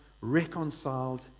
reconciled